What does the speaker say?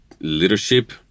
leadership